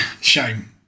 Shame